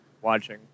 watching